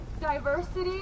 diversity